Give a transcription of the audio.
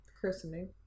Christening